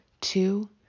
Two